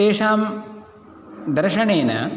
तेषां दर्शनेन